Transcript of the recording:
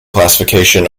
classification